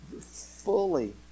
fully